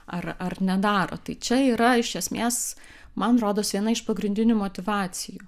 ar ar nedaro tai čia yra iš esmės man rodos viena iš pagrindinių motyvacijų